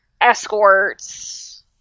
escorts